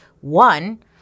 one